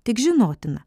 tik žinotina